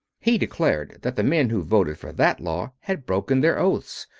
he declared that the men who voted for that law had broken their oaths,